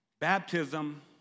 Baptism